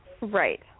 Right